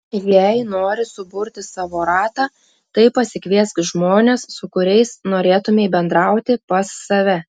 jei nori suburti savo ratą tai pasikviesk žmones su kuriais norėtumei bendrauti pas save